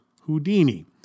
Houdini